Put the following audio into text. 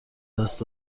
دست